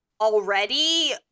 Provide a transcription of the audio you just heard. already